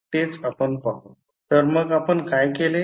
तेच आपण लिहू dnydtn andn 1ytdtn 1 a2dytdt a1ytrt तर मग आपण काय केले